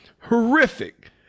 horrific